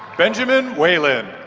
benjamin whalen.